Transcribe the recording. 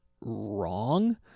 wrong